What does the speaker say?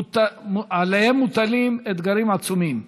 עליהם מוטלים אתגרים עצומים.